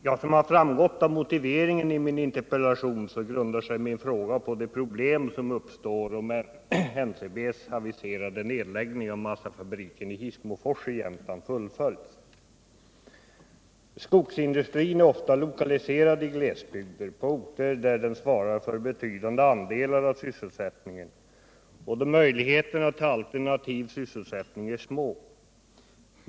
Som framgått av motiveringen i min interpellation så grundar sig min fråga på de problem som uppstår om NCB:s aviserade nedläggning av massafabriken i Hissmofors i Jämtland fullföljs. Skogsindustrin är ofta lokaliserad till glesbygder, till orter där den svarar för betydande andelar av sysselsättningen och där möjligheterna till alternativ sysselsättning är små.